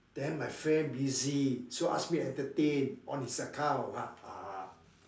then my friend busy so ask me to entertain on his account ah